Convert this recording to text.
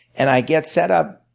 and i get set up